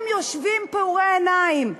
הם יושבים פעורי עיניים.